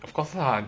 of course lah